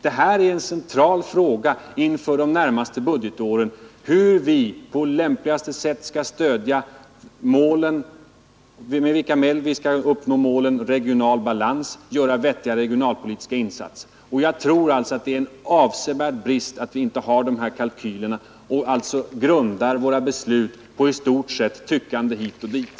Det är en central fråga inför de närmaste budgetåren, med vilka medel vi skall uppnå regional balans och göra vettiga regionalpolitiska insatser. Jag anser det vara en avsevärd brist att vi inte har sådana kalkyler utan i stort grundar våra beslut på tyckande hit och dit.